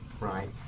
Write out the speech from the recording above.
Right